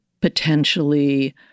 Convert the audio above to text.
potentially